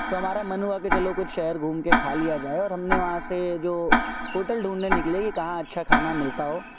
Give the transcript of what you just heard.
تو ہمارا من ہوا کہ چلو کچھ شہر گھوم کے کھا لیا جائے اور ہم نے وہاں سے جو ہوٹل ڈھونڈنے نکلے کہ کہاں اچھا کھانا ملتا ہو